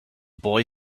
boy